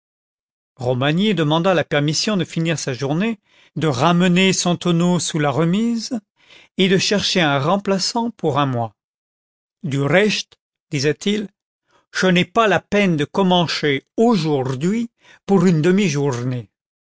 romagné demanda la permission de finir sa journée de ramener son tonneau sous la remise et de chercher un remplaçant pour un mois du rechte disait-il che n'est pas la peine de commencher aujourd'hui pour une demi-journée